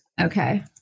Okay